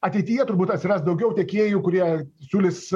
ateityje turbūt atsiras daugiau tiekėjų kurie siūlys